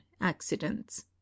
accidents